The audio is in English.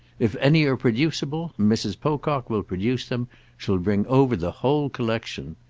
if any are producible mrs. pocock will produce them she'll bring over the whole collection.